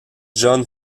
john